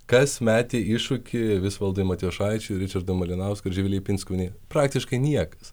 kas metė iššūkį visvaldui matijošaičiui ričardui malinauskui ir živilei pinskuvienei praktiškai niekas